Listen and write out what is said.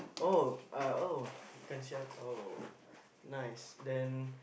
oh uh oh nice then